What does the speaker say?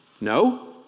No